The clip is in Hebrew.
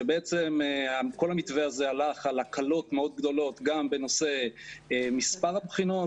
שבעצם כל המתווה הזה הלך על הקלות מאוד גדולות גם בנושא מספר הבחינות,